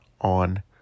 on